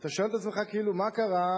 אתה שואל את עצמך, מה קרה?